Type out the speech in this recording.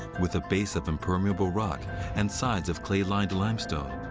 with a base of impermeable rock and sides of clay-lined limestone,